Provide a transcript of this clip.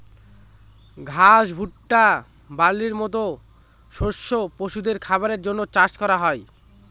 ঘাস, ভুট্টা, বার্লির মতো শস্য পশুদের খাবারের জন্য চাষ করা হোক